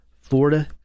Florida